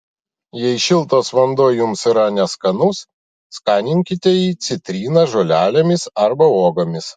jei šiltas vanduo jums yra neskanus skaninkite jį citrina žolelėmis arba uogomis